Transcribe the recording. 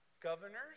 governors